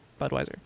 Budweiser